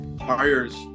hires